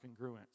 congruence